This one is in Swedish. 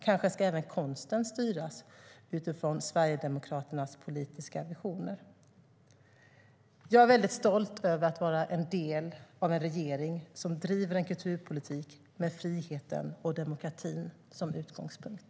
Kanske ska även konsten styras utifrån Sverigedemokraternas politiska visioner. Jag är väldigt stolt över att vara en del av en regering som driver en kulturpolitik med friheten och demokratin som utgångspunkt.